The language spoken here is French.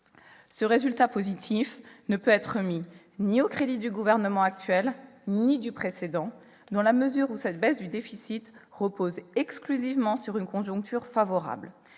Ce résultat positif ne peut être mis au crédit ni du gouvernement actuel ni du gouvernement précédent, dans la mesure où la baisse du déficit repose exclusivement sur une conjoncture favorable